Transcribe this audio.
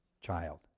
child